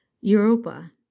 Europa